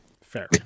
Fair